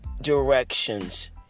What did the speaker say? directions